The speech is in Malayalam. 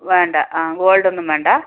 വേണ്ട ആ ഗോൾഡ് ഒന്നും വേണ്ട